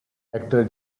actor